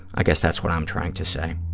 i guess that's what i'm trying to say.